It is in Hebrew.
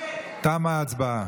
תמה ההצבעה.